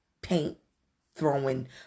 paint-throwing